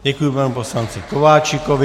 Děkuji panu poslanci Kováčikovi.